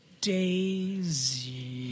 Daisy